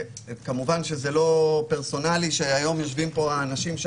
כמובן זה לא פרסונלי, היום יושבים פה אנשים,